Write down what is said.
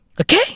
Okay